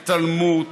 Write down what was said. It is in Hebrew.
התעלמות,